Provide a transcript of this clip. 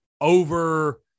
over –